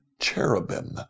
cherubim